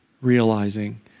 realizing